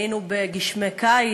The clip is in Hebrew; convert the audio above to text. היינו ב"גשמי קיץ",